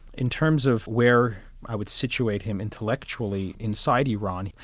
in terms of where i would situate him intellectually inside iran,